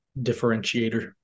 differentiator